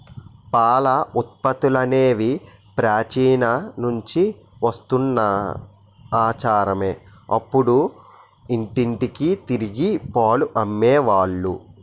పాల ఉత్పత్తులనేవి ప్రాచీన నుంచి వస్తున్న ఆచారమే అప్పుడు ఇంటింటికి తిరిగి పాలు అమ్మే వాళ్ళు